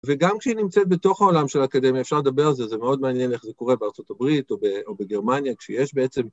וגם כשהיא נמצאת בתוך העולם של האקדמיה, אפשר לדבר על זה, זה מאוד מעניין איך זה קורה בארה״ב או בגרמניה, כשיש בעצם...